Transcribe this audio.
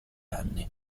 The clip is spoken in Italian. anni